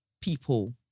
People